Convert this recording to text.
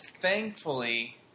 Thankfully